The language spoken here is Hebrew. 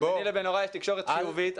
וביני לבין יוראי יש תקשורת חיובית.